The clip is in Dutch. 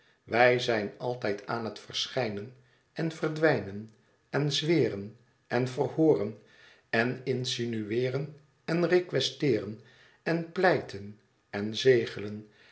wij zijn altijd aan het verschijnen en verdwijnen en zweren en verhooren en insinueeren en requestreeren en pleiten en zegelej